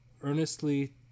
earnestly